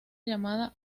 llamada